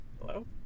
Hello